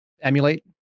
emulate